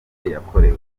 yakorewe